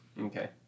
Okay